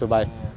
orh